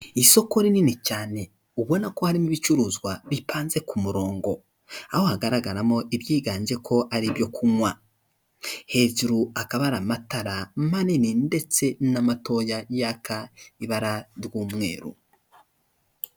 Isoko rinini cyane ubona ko harimo ibicuruzwa bipanze ku murongo, aho hagaragaramo ibyiganje ko ari ibyo kunywa. Hejuru hakaba hari amatara manini ndetse n'amato yaka ibara ry'umweru.